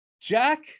Jack